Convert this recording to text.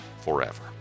forever